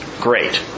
Great